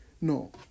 No